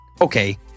okay